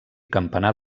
campanar